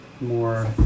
more